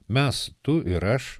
mes tu ir aš